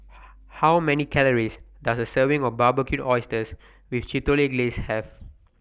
How Many Calories Does A Serving of Barbecued Oysters with Chipotle Glaze Have